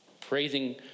praising